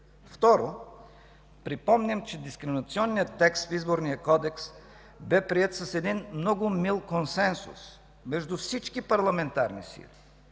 Второ, припомням, че дискриминационният текст в Изборния кодекс бе приет с един много мил консенсус между всички парламентарни сили